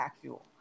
fuel